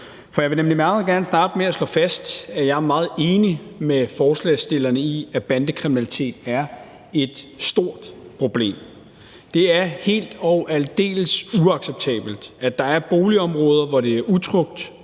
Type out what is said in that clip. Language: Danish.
For jeg vil nemlig meget gerne starte med at slå fast, at jeg er meget enig med forslagsstillerne i, at bandekriminalitet er et stort problem. Det er helt og aldeles uacceptabelt, at der er boligområder, hvor det er utrygt